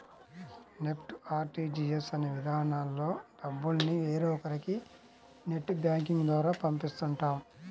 NEFT, RTGS అనే విధానాల్లో డబ్బుల్ని వేరొకరికి నెట్ బ్యాంకింగ్ ద్వారా పంపిస్తుంటాం